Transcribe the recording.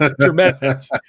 tremendous